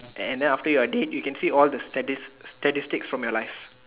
and then after you are dead you can see all the static statistic from your life